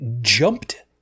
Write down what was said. jumped